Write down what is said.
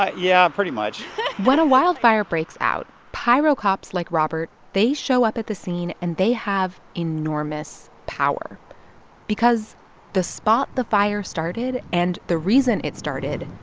ah yeah, pretty much when a wildfire breaks out, pyrocops like robert, they show up at the scene, and they have enormous power because the spot the fire started and the reason it started,